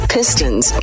Pistons